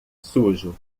sujo